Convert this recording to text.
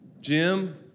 Jim